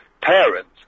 parents